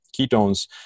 ketones